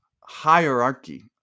hierarchy